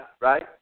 right